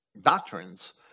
doctrines